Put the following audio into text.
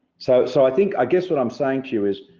so so i think, i guess what i'm saying to you is,